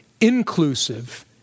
inclusive